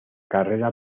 carrera